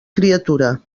criatura